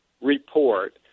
report